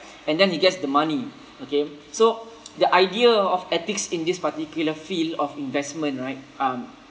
and then he gets the money okay so the idea of ethics in this particular field of investment right um